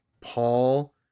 Paul